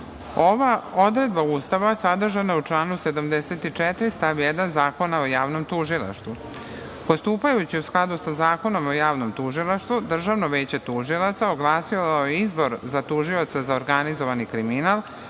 odredba Ustava sadržana je u članu 74. stav 1. Zakona o javnom tužilaštvu. Postupajući u skladu sa Zakonom o javnom tužilaštvu, Državno veće tužilaca oglasilo je izbor za tužioca za organizovani kriminal,